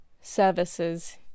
services